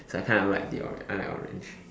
so I kind of like the orange I like orange